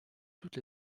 toutes